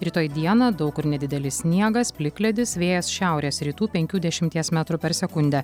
rytoj dieną daug kur nedidelis sniegas plikledis vėjas šiaurės rytų penkių dešimties metrų per sekundę